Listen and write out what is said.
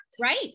Right